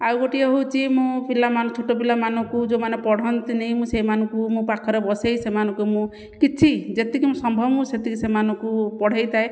ଆଉ ଗୋଟିଏ ହେଉଛି ମୁଁ ପିଲାମାନ ଛୋଟ ପିଲାମାନଙ୍କୁ ଯେଉଁମାନେ ପଢ଼ନ୍ତିନି ମୁଁ ସେହିମାନଙ୍କୁ ମୋ ପାଖରେ ବସାଇ ସେମାନଙ୍କୁ ମୁଁ କିଛି ଯେତିକି ମୁଁ ସମ୍ଭବ ମୁଁ ସେତିକି ସେମାନଙ୍କୁ ପଢ଼ାଇଥାଏ